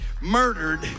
murdered